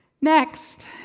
Next